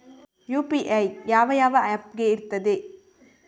UPI ಯಾವ ಯಾವ app ಗೆ ಇರ್ತದೆ?